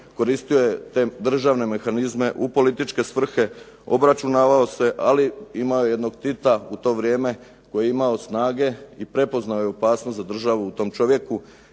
Koristio je te državne mehanizme u političke svrhe, obračunavao se. Ali imao je jednog Tita u to vrijeme koji je imao snage i prepoznao je opasnost za državu u tom čovjeku.